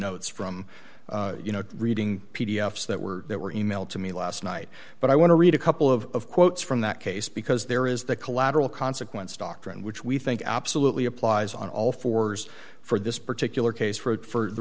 notes from you know reading p d f that were that were e mailed to me last night but i want to read a couple of quotes from that case because there is the collateral consequence doctrine which we think absolutely applies on all fours for this particular case for